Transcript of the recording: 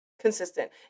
consistent